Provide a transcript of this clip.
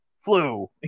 flu